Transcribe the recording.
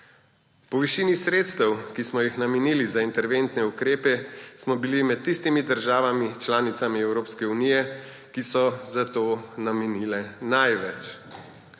Po višini sredstev, ki smo jih namenili za interventne ukrepe, smo bili med tistimi državami članicami Evropske unije, ki so za to namenile največ.